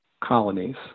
colonies